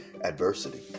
adversity